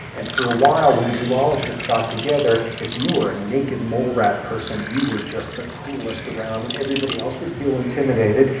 and for a while when zoologists got together, if you were a naked mole rat person, you were just the coolest around. and everybody else would feel intimidated,